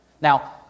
Now